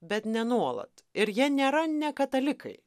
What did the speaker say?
bet ne nuolat ir jie nėra nekatalikai